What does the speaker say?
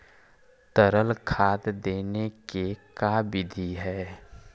तरल खाद देने के का बिधि है?